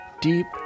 deep